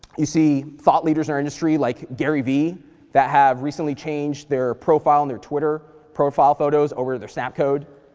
you see thought leaders in our industry like gary vee that have recently changed their profile on their twitter profile photos over their snap code.